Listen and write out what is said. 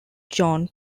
john